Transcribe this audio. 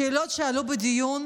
השאלות שעלו בדיון